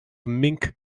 mink